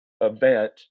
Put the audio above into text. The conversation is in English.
event